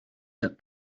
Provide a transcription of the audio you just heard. that